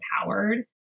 empowered